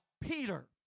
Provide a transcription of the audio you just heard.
Peter